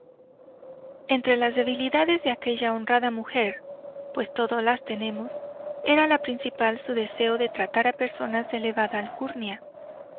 entre las debilidades de aquella honrada mujer pues todos las tenemos era la principal su deseo de tratar a personas de elevada alcurnia